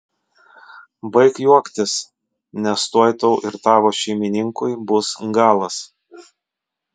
baik juoktis nes tuoj tau ir tavo šeimininkui bus galas